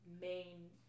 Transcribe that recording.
main